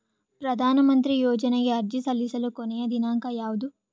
ಪ್ರಧಾನ ಮಂತ್ರಿ ಯೋಜನೆಗೆ ಅರ್ಜಿ ಸಲ್ಲಿಸಲು ಕೊನೆಯ ದಿನಾಂಕ ಯಾವದು?